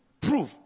prove